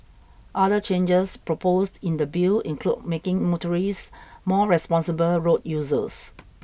other changes proposed in the Bill include making motorists more responsible road users